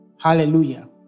Hallelujah